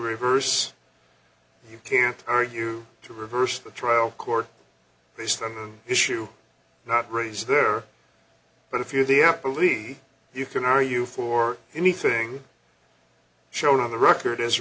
reverse you can't argue to reverse the trial court based on the issue not raised there but if you're the apple e you can are you for anything shown on the record as